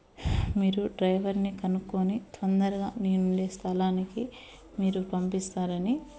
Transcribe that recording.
మీరు డ్రైవర్ని కనుక్కోని తొందరగా నేను ఉండే స్థలానికి మీరు పంపిస్తారని